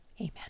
Amen